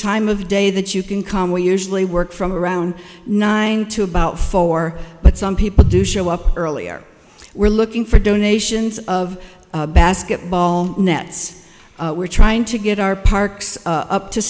time of day that you can come we usually work from around nine to about four but some people do show up early or we're looking for donations of basketball nets we're trying to get our parks up to